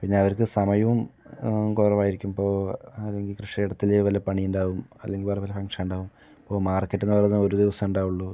പിന്നെ അവർക്ക് സമയവും കുറവായിരിക്കും ഇപ്പോ അല്ലെങ്കിൽ കൃഷിയിടത്തില് ഇതുപോലെ പണിയുണ്ടാകും അല്ലെങ്കിൽ വേറെ വല്ല ഫങ്ക്ഷൻ ഉണ്ടാകും ഇപ്പോൾ മാർക്കറ്റ് എന്ന് പറയുന്നത് ഒരു ദിവസമേ ഉണ്ടാകുകയുള്ളു